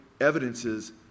evidences